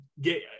get